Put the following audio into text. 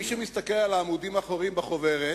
מי שמסתכל על העמודים האחוריים בחוברת,